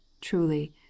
truly